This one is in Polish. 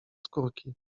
skórki